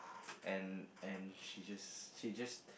and and she just she just